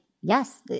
yes